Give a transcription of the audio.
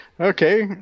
Okay